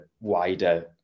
wider